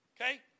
okay